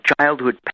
childhood